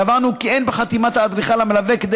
קבענו כי אין בחתימת האדריכל המלווה כדי